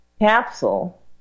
capsule